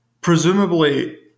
Presumably